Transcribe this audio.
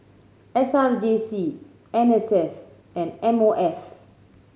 S R J C N S F and M O F